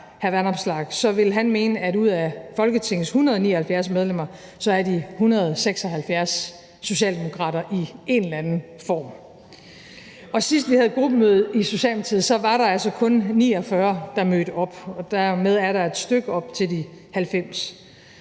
vil han mene, at ud af Folketingets 179 medlemmer er de 176 socialdemokrater i en eller anden form. Sidst vi havde gruppemøde i Socialdemokratiet, var der altså kun 49, der mødte op, og dermed er der et stykke op til de 90;